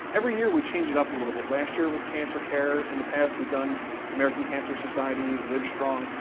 every year we change it up a little bit. last year it was cancer care, in the past we've done american cancer society, livestrong,